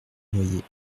noyé